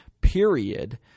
period